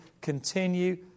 continue